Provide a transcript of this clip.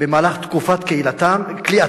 במהלך תקופת כליאתם.